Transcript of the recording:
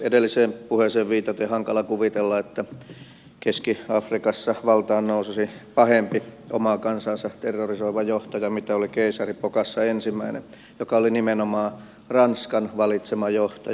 edelliseen puheeseen viitaten on hankala kuvitella että keski afrikassa valtaan nousisi pahempi omaa kansaansa terrorisoiva johtaja kuin oli keisari bokassa i joka oli nimenomaan ranskan valitsema johtaja